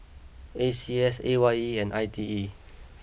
A C S A Y E and I T E